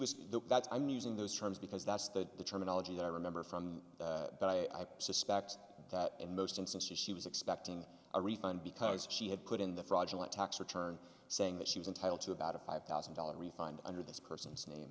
that that's i'm using those terms because that's the terminology that i remember from but i suspect that in most instances she was expecting a refund because she had put in the fraudulent tax return saying that she was entitled to about a five thousand dollars refund under this person's name